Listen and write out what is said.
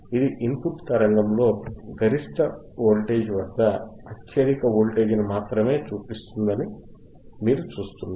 ఇది ఇన్పుట్ తరంగములో గరిష్ట వోల్టేజ్ వద్ద అత్యధిక వోల్టేజ్ ని మాత్రమే చూపిస్తుందని మీరు చూస్తున్నారు